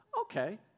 okay